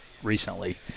recently